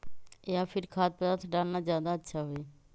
या फिर खाद्य पदार्थ डालना ज्यादा अच्छा होई?